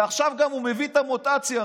ועכשיו הוא גם מביא את המוטציה,